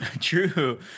True